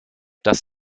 das